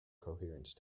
coherence